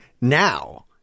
now